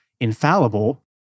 infallible